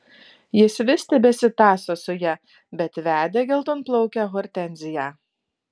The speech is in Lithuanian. jis vis tebesitąso su ja bet vedė geltonplaukę hortenziją